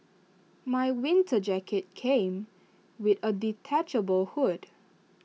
my winter jacket came with A detachable hood